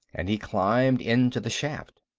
and he climbed into the shaft.